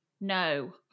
no